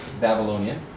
Babylonian